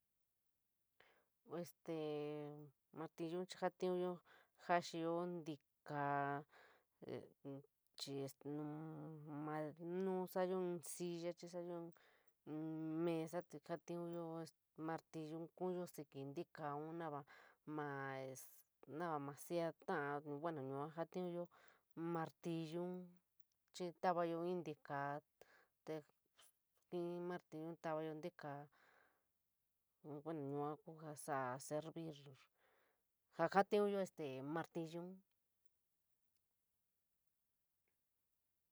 Este martillo chir jalñoniyo, jañiyo ntika nu sariyo in silla xi sariyo mesa te jatiñiyo martillo kunyo sikt ntikaoun nava, maa sio tola, bueno yua xií tuo, bueno yua kua jaa sola seruí este espejoun chir martillo tavayo ntika, bueno yua koo jaa sola seruí, ja jatiño te martillun.